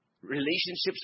relationships